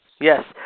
Yes